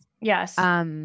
Yes